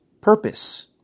purpose